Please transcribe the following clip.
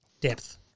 depth